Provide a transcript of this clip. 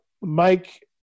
Mike